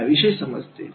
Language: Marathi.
याविषयी समजते